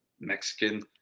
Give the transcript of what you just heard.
Mexican